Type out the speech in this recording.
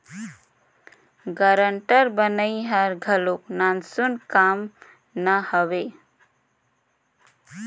guarantor बनई हर घलो नानसुन काम ना हवे